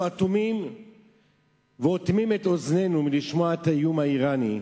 אנחנו אטומים ואוטמים את אוזנינו מלשמוע את האיום האירני,